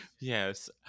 Yes